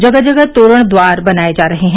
जगह जगह तोरण द्वार बनाए जा रहे हैं